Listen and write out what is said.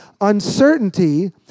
uncertainty